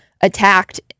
attacked